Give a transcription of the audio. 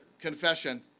Confession